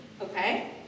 Okay